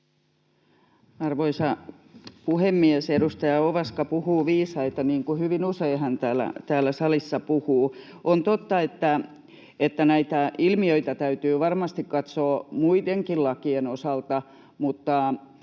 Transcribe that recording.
Arvoisa puhemies! Edustaja Ovaska puhuu viisaita, niin kuin hyvin usein hän täällä salissa puhuu. On totta, että näitä ilmiöitä täytyy varmasti katsoa muidenkin lakien osalta, mutta